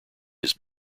his